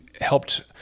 helped